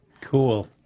cool